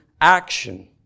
action